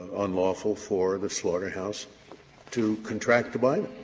unlawful for the slaughterhouse to contract to buy them,